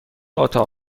اتاق